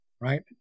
right